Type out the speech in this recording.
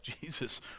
Jesus